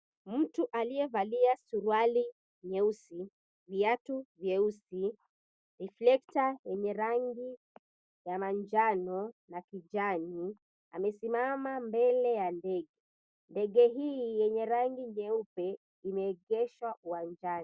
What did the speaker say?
Mtu aliyevalia suruali nyeusi, viatu vyeusi, reflector yenye rangi ya manjano na kijani, amesimama mbele ya ndege. Ndege hii yenye rangi nyeupe imeegeshwa uwanjani.